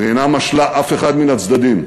והיא אינה משלה אף אחד מן הצדדים,